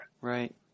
Right